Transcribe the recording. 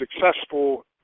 successful